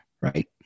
right